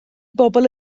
bobl